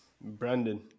brandon